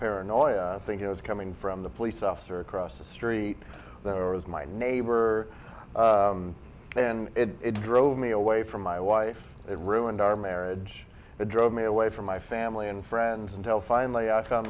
paranoia i think it was coming from the police officer across the street that i was my neighbor and it drove me away from my wife it ruined our marriage it drove me away from my family and friends until finally i found